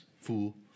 fool